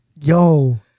Yo